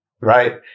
right